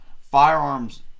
firearms